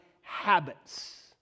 habits